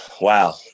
wow